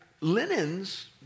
linens